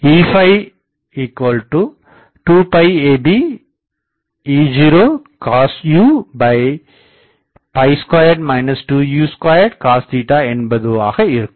E2abE0cosu2 2u2cos என்பதுவாக இருக்கும்